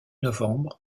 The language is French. novembre